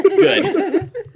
good